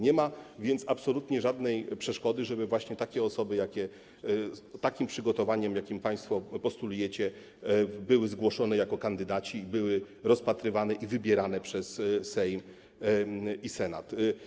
Nie ma więc absolutnie żadnej przeszkody, żeby właśnie osoby z takim przygotowaniem, jakie państwo postulujecie, były zgłoszone jako kandydaci i były rozpatrywane i wybierane przez Sejm i Senat.